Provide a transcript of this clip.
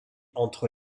entre